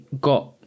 got